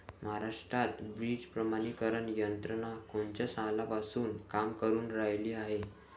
महाराष्ट्रात बीज प्रमानीकरण यंत्रना कोनच्या सालापासून काम करुन रायली हाये?